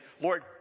Lord